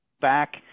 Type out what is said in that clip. back